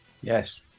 yes